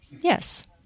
Yes